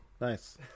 Nice